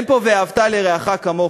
אין פה "ואהבת לרעך כמוך".